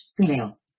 Female